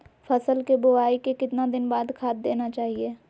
फसल के बोआई के कितना दिन बाद खाद देना चाइए?